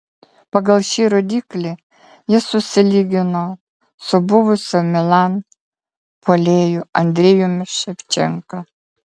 pagal šį rodiklį jis susilygino su buvusiu milan puolėju andrejumi ševčenka